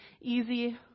easy